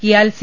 കിയാൽ C